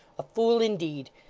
a fool indeed.